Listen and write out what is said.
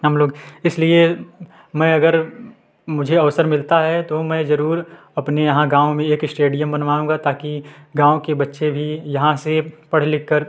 हम लोग इसलिए मैं अगर मुझे अवसर मिलता है तो मैं ज़रूर अपने यहाँ गाँव में एक इस्टेडियम बनवाऊँगा ताकी गाँव के बच्चे भी यहाँ से पढ़ लिख कर